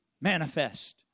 manifest